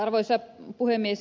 arvoisa puhemies